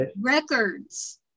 records